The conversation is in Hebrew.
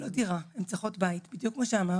לא דירה, הן צריכות בית בדיוק כמו שאמרת.